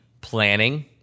planning